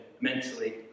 mentally